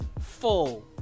full